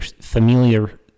familiar